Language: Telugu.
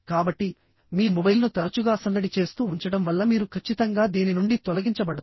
కాబట్టి మీ మొబైల్ను తరచుగా సందడి చేస్తూ ఉంచడం వల్ల మీరు ఖచ్చితంగా దీని నుండి తొలగించబడతారు